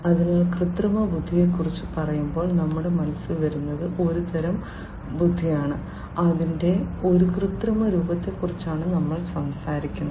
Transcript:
അതിനാൽ കൃത്രിമബുദ്ധിയെക്കുറിച്ച് പറയുമ്പോൾ നമ്മുടെ മനസ്സിൽ വരുന്നത് അത് ഒരുതരം ബുദ്ധിയാണ് അതിന്റെ ഒരു കൃത്രിമ രൂപത്തെക്കുറിച്ചാണ് നമ്മൾ സംസാരിക്കുന്നത്